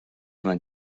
vingt